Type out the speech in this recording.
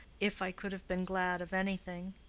if i could have been glad of anything.